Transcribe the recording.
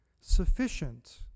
sufficient